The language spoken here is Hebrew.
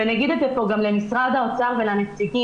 ונגיד את זה פה גם למשרד האוצר ולנציגים,